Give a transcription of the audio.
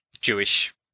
Jewish